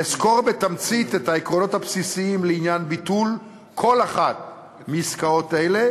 אסקור בתמצית את העקרונות הבסיסיים לעניין ביטול כל אחת מעסקאות אלה